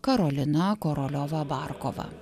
karolina koroliova barkova